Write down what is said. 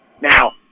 now